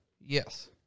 Yes